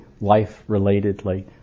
life-relatedly